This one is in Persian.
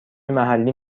محلی